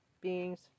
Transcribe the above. beings